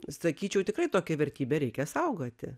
sakyčiau tikrai tokią vertybę reikia saugoti